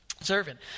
Servant